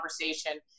conversation